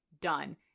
done